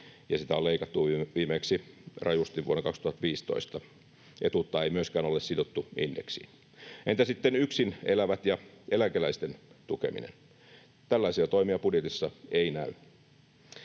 sitä on leikattu viimeksi rajusti vuonna 2015. Etuutta ei myöskään ole sidottu indeksiin. Entä sitten yksin elävien ja eläkeläisten tukeminen? Tällaisia toimia budjetissa ei näy.